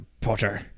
Potter